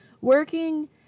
working